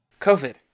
covid